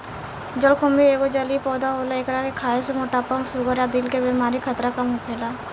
जलकुम्भी एगो जलीय पौधा होला एकरा के खाए से मोटापा, शुगर आ दिल के बेमारी के खतरा कम होखेला